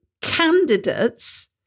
candidates